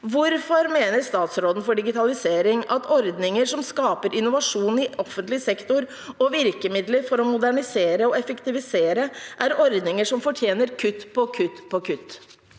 Hvorfor mener statsråden for digitalisering at ordninger som skaper innovasjon i offentlig sektor, og virkemidler for å modernisere og effektivisere er ordninger som fortjener kutt på kutt på kutt?